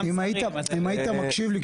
אם היית מקשיב לי,